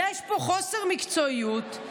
יש פה חוסר מקצועיות,